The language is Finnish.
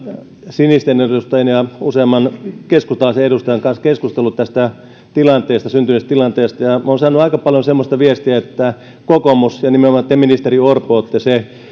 sinisten edustajan ja useamman keskustalaisen edustajan kanssa keskustellut tästä syntyneestä tilanteesta ja olen saanut aika paljon semmoista viestiä että kokoomus ja nimenomaan te ministeri orpo olette se